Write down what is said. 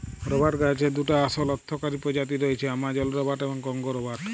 রবাট গাহাচের দুটা আসল অথ্থকারি পজাতি রঁয়েছে, আমাজল রবাট এবং কংগো রবাট